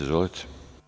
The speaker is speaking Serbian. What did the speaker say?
Izvolite.